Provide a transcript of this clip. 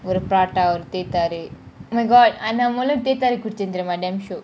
with a prata with teh tarik oh my god ஆனா மோதலை :aana mothala teh tarik குடிச்சான் தெரியுமா :kudichan teriyuma damn shiok